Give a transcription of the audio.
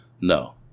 No